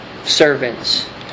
servants